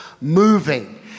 moving